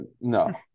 no